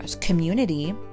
community